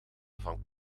van